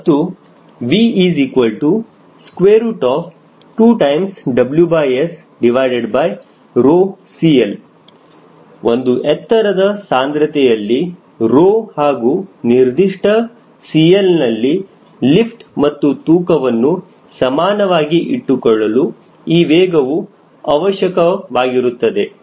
ಮತ್ತು V2WS CL ಒಂದು ಎತ್ತರದ ಸಾಂದ್ರತೆಯಲ್ಲಿ 𝜌 ಹಾಗೂ ನಿರ್ದಿಷ್ಟ 𝐶L ನಲ್ಲಿ ಲಿಫ್ಟ್ ಮತ್ತು ತೂಕವನ್ನು ಸಮಾನವಾಗಿ ಇಟ್ಟುಕೊಳ್ಳಲು ಈ ವೇಗವು ಅವಶ್ಯಕವಾಗಿರುತ್ತದೆ